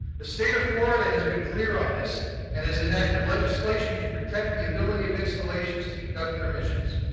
the state of florida has been clear on this and has enacted legislation to protect the ability of installations to conduct their missions.